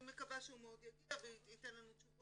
אני מקווה מאוד שהוא יגיע וייתן לנו תשובות.